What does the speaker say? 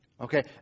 okay